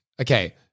okay